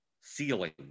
ceiling